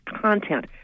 content